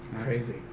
crazy